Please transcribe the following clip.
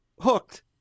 hooked